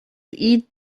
eat